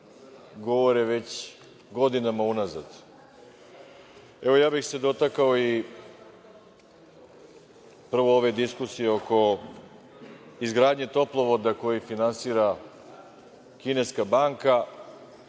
govore već godinama unazad. Evo, ja bih se dotakao ove diskusije oko izgradnje toplovoda koji finansira kineska banka,